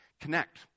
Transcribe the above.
Connect